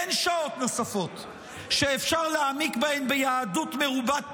אין שעות נוספות שאפשר להעמיק בהן ביהדות מרובת פנים,